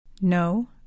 No